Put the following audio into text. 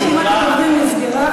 רשימת הדוברים נסגרה.